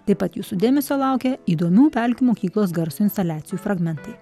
taip pat jūsų dėmesio laukia įdomių pelkių mokyklos garso instaliacijų fragmentai